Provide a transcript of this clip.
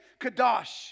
Kadosh